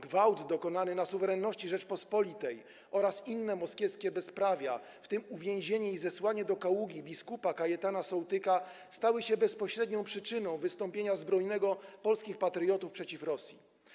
Gwałt dokonany na suwerenności Rzeczypospolitej oraz inne moskiewskie bezprawia, w tym uwięzienie i zesłanie do Kaługi bp. Kajetana Sołtyka, stały się bezpośrednią przyczyną wystąpienia zbrojnego polskich patriotów przeciw Rosji.